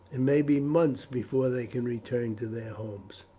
it may be months before they can return to their homes.